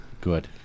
Good